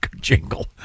jingle